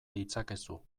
ditzakezu